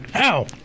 Ow